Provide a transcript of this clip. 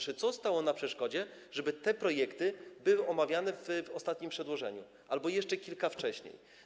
Co stało na przeszkodzie, żeby te projekty były omawiane w ostatnim przedłożeniu albo jeszcze wcześniej?